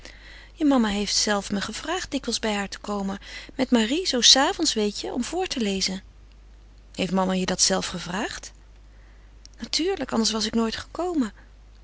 je mama heeft zelf me gevraagd dikwijls bij haar te komen met marie zoo s avonds weet je om voor te lezen heeft mama je dat gevraagd natuurlijk anders was ik nooit gekomen